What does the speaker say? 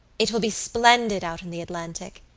it will be splendid out in the atlantic.